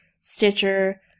Stitcher